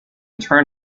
turn